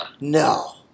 No